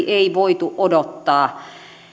ei voitu odottaa